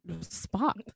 spot